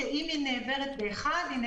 בניגוד להוראות1,000